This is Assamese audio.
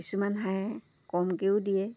কিছুমান হাঁহে কমকৈও দিয়ে